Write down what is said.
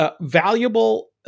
valuable